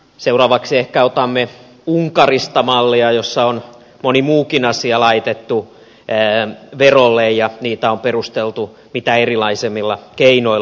seuraavaksi ehkä otamme unkarista mallia jossa on moni muukin asia laitettu verolle ja niitä on perusteltu mitä erilaisimmilla keinoilla